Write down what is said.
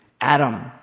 Adam